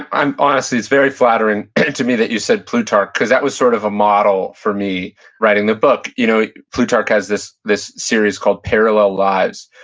honestly, it's very flattering to me that you said plutarch because that was sort of a model for me writing the book. you know plutarch has this this series called parallel lives,